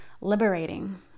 liberating